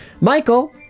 Michael